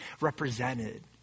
represented